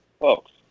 folks